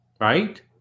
Right